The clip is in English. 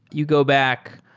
you go back,